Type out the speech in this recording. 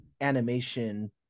animation